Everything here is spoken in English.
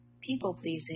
people-pleasing